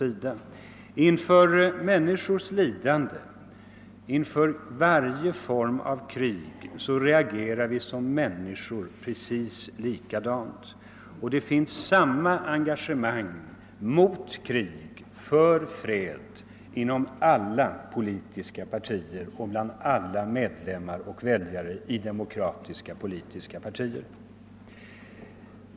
Inför människors lidanden och inför vaje form av krig reagerar vi som människor precis likadant. Vårt engagemang mot krig och för fred är detsamma inom alla politiska partier och bland alla medlemmar och väljare i demokratiska politiska partier.